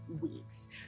weeks